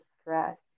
stress